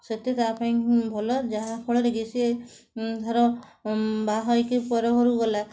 ସେତେ ତା'ପାଇଁ ଭଲ ଯାହା ଫଳରେ କି ସିଏ ଧର ବାହା ହେଇକି ପରଘରକୁ ଗଲା